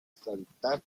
saltar